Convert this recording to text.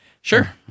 Sure